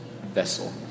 vessel